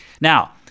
Now